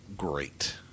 great